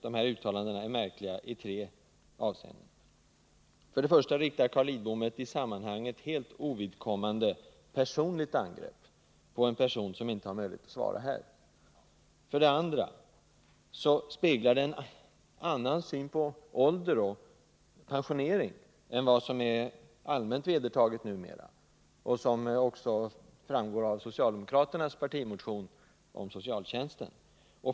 De här uttalandena är märkliga i tre avseenden. För det första riktar Carl Lidbom ett i sammanhanget helt ovidkommande personligt angrepp på en person som inte har möjlighet att svara här. För det andra speglar de en annan syn på ålder och pensionering än vad som är allmänt vedertaget numera. Carl Lidboms attityd stämmer dåligt medt.ex. socialdemokraternas partimotion om socialtjänsten.